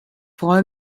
freue